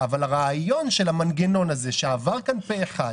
אבל הרעיון של המנגנון הזה, שעבר כאן פה אחד,